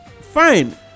fine